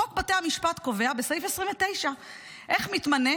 חוק בתי המשפט קובע בסעיף 29 איך מתמנה